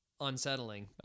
unsettling